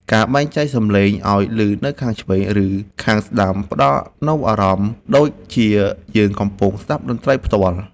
ការបែងចែកសំឡេងឱ្យឮនៅខាងឆ្វេង ឬ ខាងស្ដាំផ្ដល់នូវអារម្មណ៍ដូចជាយើងកំពុងស្ដាប់តន្ត្រីផ្ទាល់។